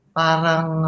parang